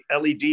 LED